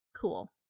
Cool